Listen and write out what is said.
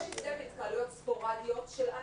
התקהלויות ספורדיות של אנשים.